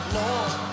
lord